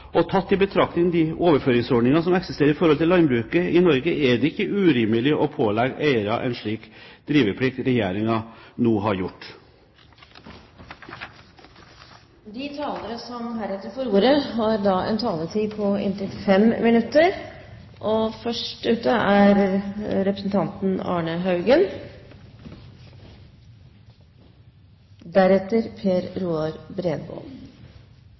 og tatt i betrakting de overføringsordningene som eksisterer i forhold til landbruket i Norge, er det ikke urimelig å pålegge eiere en slik driveplikt som Regjeringen nå har gjort. Vi er vel etter hvert blitt vant til Fremskrittspartiets svartmaling av situasjonen i dette landet, og